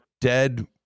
dead